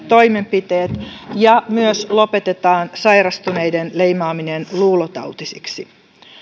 toimenpiteet ja myös lopetetaan sairastuneiden leimaaminen luulotautisiksi